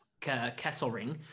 Kesselring